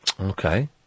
Okay